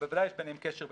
שבוודאי יש ביניהם קשר,